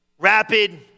Rapid